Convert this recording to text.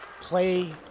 play